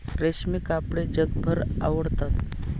रेशमी कपडे जगभर आवडतात